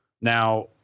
Now